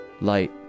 light